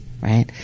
Right